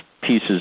pieces